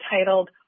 titled